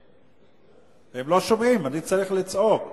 הם לא שומעים, אני צריך לצעוק.